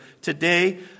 today